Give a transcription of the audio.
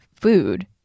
food